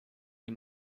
die